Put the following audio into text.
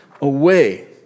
away